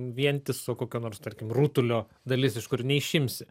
vientiso kokio nors tarkim rutulio dalis iš kur neišimsi